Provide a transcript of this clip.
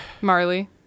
Marley